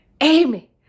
Amy